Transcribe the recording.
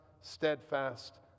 steadfast